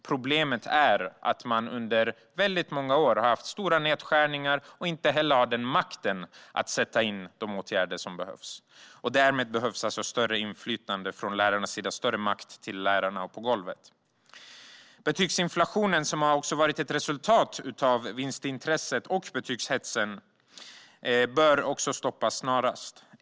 Problemet är att det under många år har varit stora nedskärningar och att skolan inte heller har makt att vidta de åtgärder som behövs. Lärarna behöver alltså större inflytande och mer makt. Betygsinflationen är ett resultat av vinstintresset och betygshetsen och bör stoppas snarast.